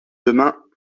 demain